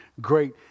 great